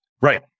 Right